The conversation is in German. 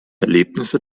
erlebnisse